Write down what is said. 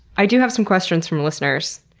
i do have some questions from listeners,